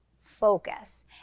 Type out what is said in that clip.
focus